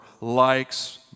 likes